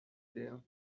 there